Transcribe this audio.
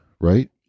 Right